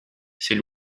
c’est